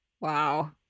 Wow